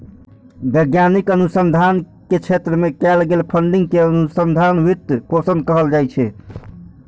वैज्ञानिक अनुसंधान के क्षेत्र मे कैल गेल फंडिंग कें अनुसंधान वित्त पोषण कहल जाइ छै